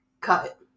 cut